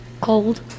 cold